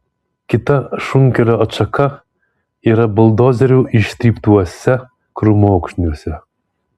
kita šunkelio atšaka yra buldozerių ištryptuose krūmokšniuose